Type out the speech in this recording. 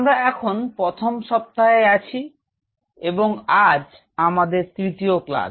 আমরা এখন প্রথম সপ্তাহে আছি এবং আজ আমাদের তৃতীয় ক্লাস